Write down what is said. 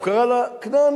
הוא קרא לו כנענים,